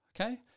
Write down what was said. Okay